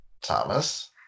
Thomas